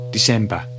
December